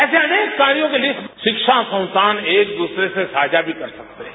ऐसे अनेक कार्यों की लिस्ट शिक्षणसंस्थान एक दूसरे से साझा भी कर सकते हैं